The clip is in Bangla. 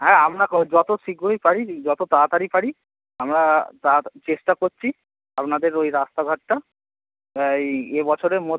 হ্যাঁ আপনাকেও যতো শীঘ্রই পারি যতো তাড়াতাড়ি পারি আমরা তার চেষ্টা করছি আপনাদের ওই রাস্তাঘাটটা এই এবছরের মধ্যে